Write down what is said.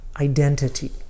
identity